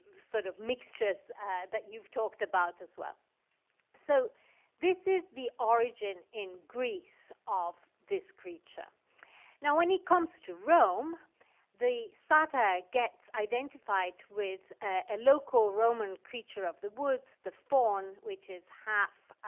sort of mixtures that you've talked about as well so this is the origin in greece of this creature now when it comes to rome the satyr gets identified with a local roman creature of the woods the faun which is half